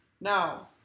Now